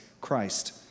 Christ